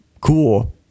cool